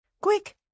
quick